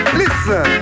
listen